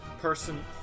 person